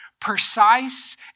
precise